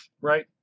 right